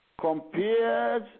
compares